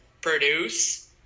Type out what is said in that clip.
produce